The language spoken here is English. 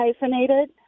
hyphenated